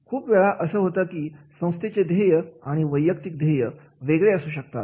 खूप वेळा असं होतं की संस्थेचे ध्येय आणि वैयक्तिक ध्येय वेगवेगळे असू शकतात